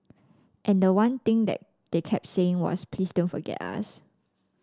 and the one thing that they kept saying was please don't forget us